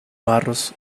barros